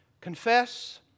confess